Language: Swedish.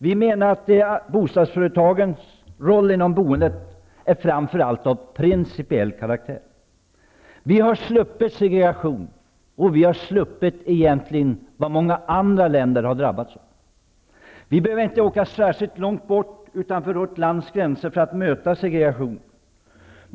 Vi menar att bostadsföretagens roll inom boendet framför allt är av principiell karaktär. Vi har sluppit segregation, som många andra länder har drabbats av. Vi behöver inte åka särskilt långt utanför vårt lands gränser att att möta segregationen.